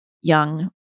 young